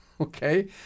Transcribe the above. Okay